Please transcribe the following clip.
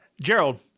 Gerald